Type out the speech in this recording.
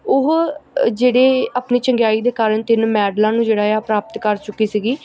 ਉਹ ਜਿਹੜੇ ਆਪਣੇ ਚੰਗਿਆਈ ਦੇ ਕਾਰਨ ਤਿੰਨ ਮੈਡਲਾਂ ਨੂੰ ਜਿਹੜਾ ਆ ਪ੍ਰਾਪਤ ਕਰ ਚੁੱਕੀ ਸੀਗੀ